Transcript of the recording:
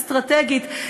אסטרטגית.